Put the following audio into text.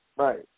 Right